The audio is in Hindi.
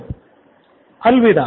प्रोफेसर अलविदा